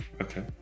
Okay